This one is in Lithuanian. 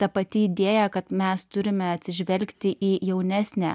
ta pati idėja kad mes turime atsižvelgti į jaunesnę